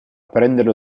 prenderlo